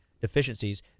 deficiencies